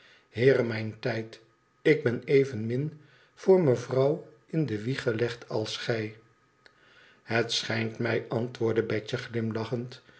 iheere mijn tijd ik ben evenmin voor mevrouw in de wieg gelegd als gij het schijnt mij antwoordde betje glimlachend